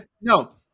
no